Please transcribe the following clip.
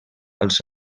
als